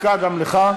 דקה גם לך.